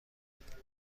الگوریتم